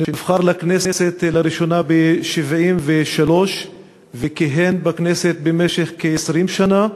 שנבחר לכנסת לראשונה ב-1973 וכיהן בכנסת במשך כ-20 שנה.